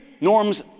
Norm's